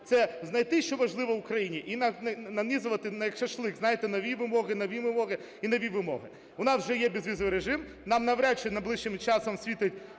це знайти, що важливо Україні, і нанизувати, як шашлик, знаєте, нові вимоги, нові вимоги і нові вимоги. У нас вже є безвізовий режим, нам навряд чи найближчим часом світить